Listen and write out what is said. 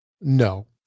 No